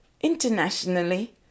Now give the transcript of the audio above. Internationally